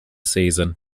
season